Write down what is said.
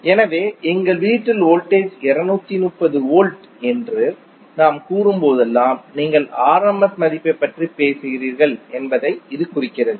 எனவே எங்கள் வீட்டில் வோல்டேஜ் 230 வோல்ட் என்று நாம் கூறும்போதெல்லாம் நீங்கள் rms மதிப்பைப் பற்றி பேசுகிறீர்கள் என்பதை இது குறிக்கிறது